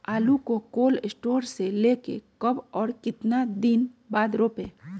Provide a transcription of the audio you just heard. आलु को cold store से ले के कब और कितना दिन बाद रोपे?